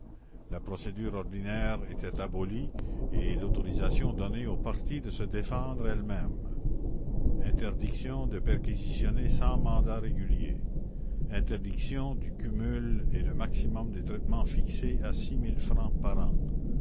la procédure ordinaire était abolie et l'autorisation donnée aux parties de se défendre elles-mêmes interdiction de perquisitionner sans mandat régulier interdiction du cumul et le maximum des traitements fixés à francs par an